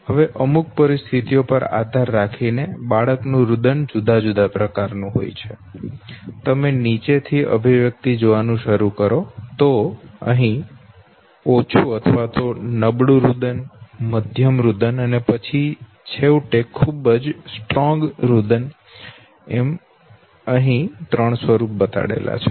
હવે અમુક પરિસ્થિતિઓ પર આધાર રાખીને બાળક નું રુદન જુદા પ્રકાર નું હોય શકે છે તમે નીચેથી અભિવ્યક્તિઓ જોવાનું શરૂ કરોઓછું રુદન મધ્યમ રુદન અને પછી છેવટે ખૂબ જ રડવું એમ અહી ત્રણ સ્વરૂપ બતાડેલ છે